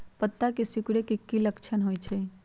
पत्ता के सिकुड़े के की लक्षण होइ छइ?